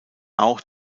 auch